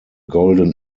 golden